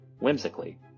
whimsically